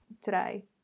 today